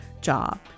job